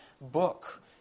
book